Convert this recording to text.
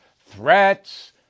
threats